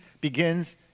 begins